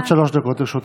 עד שלוש דקות לרשותך.